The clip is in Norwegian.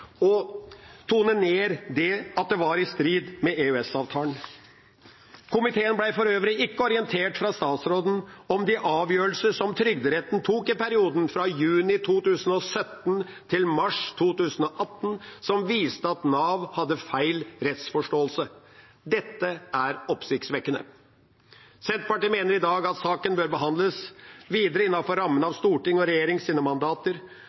tone ned det at det var i strid med EØS-avtalen. Komiteen ble for øvrig ikke orientert av statsråden om de avgjørelsene trygderetten tok i perioden fra juni 2017 til mars 2018, som viste at Nav hadde feil rettsforståelse. Dette er oppsiktsvekkende. Senterpartiet mener i dag at saken bør behandles videre innenfor rammene av Stortingets og regjeringas mandater.